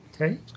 Okay